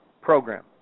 program